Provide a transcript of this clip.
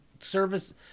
service